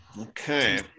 Okay